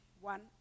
one